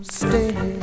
stay